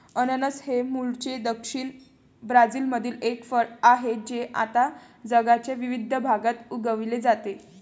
अननस हे मूळचे दक्षिण ब्राझीलमधील एक फळ आहे जे आता जगाच्या विविध भागात उगविले जाते